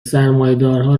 سرمایهدارها